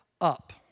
up